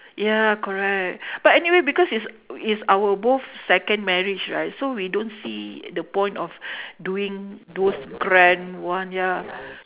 ya correct but anyway because it's it's our both second marriage right so we don't see the point of doing those grand one ya